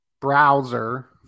browser